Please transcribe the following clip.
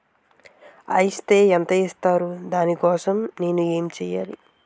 Is తే ఎంత ఇస్తారు దాని కోసం నేను ఎంచ్యేయాలి?